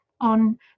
on